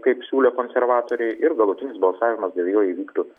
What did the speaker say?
kaip siūlė konservatoriai ir galutinis balsavimas dėl jo įvyktų